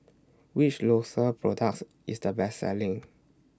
Which Isocal products IS The Best Selling